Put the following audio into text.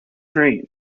dream